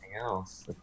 else